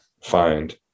find